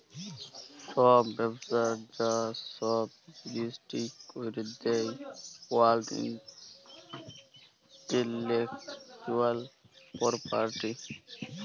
ছব ব্যবসার যা ছব জিলিস ঠিক ক্যরে দেই ওয়ার্ল্ড ইলটেলেকচুয়াল পরপার্টি